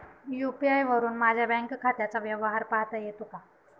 UPI वरुन माझ्या bank खात्याचा व्यवहार पाहता येतो का?